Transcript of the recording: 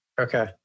Okay